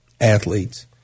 athletes